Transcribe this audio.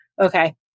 Okay